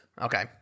Okay